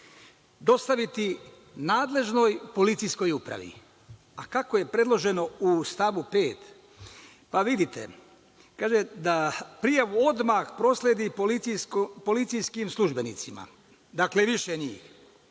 dostaviti nadležnoj policijskoj upravi. Kako je predloženo u stavu 5? Vidite, kaže – da prijavu odmah prosledi policijskim službenicima, dakle, više nije,